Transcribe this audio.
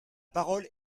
parole